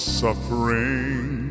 suffering